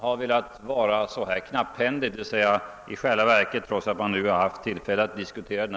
I själva verket har utskottet inte diskuterat den här frågan alls, trots att man tre år å rad haft tillfälle att göra det.